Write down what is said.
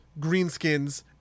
Greenskins